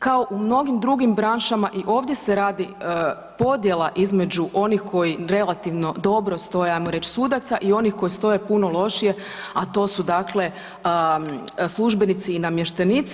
Kao u mnogim drugim branšama i ovdje se radi podjela između onih koji relativno dobro stoje, ajmo reći sudaca i onih koji stoje puno lošije, a to su dakle službenici i namještenici.